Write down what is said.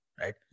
right